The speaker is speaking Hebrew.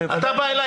אתה בא אלי